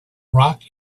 rock